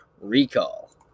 recall